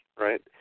right